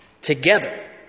together